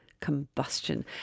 combustion